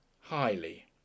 highly